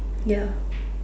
ya